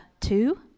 two